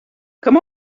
come